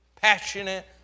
passionate